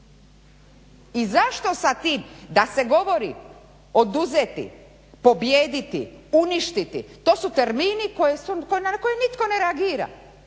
I zašto sad tim da se govori oduzeti, pobijediti, uništiti. To su termini na koje nitko ne reagira